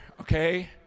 okay